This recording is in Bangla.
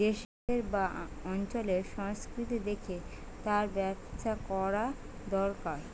দেশের বা অঞ্চলের সংস্কৃতি দেখে তার ব্যবসা কোরা দোরকার